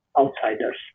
outsiders